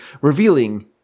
revealing